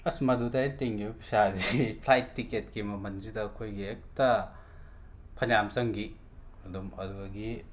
ꯑꯁ ꯃꯗꯨꯗ ꯑꯩꯅ ꯇꯤꯡꯈꯤꯕ ꯄꯩꯁꯥꯁꯤ ꯐ꯭ꯂꯥꯏꯠ ꯇꯤꯀꯦꯠꯀꯤ ꯃꯃꯜꯁꯤꯗ ꯑꯩꯈꯣꯏꯒꯤ ꯍꯦꯛꯇ ꯐꯅꯌꯥꯝ ꯆꯪꯈꯤ ꯑꯗꯨꯝ ꯑꯗꯨꯗꯒꯤ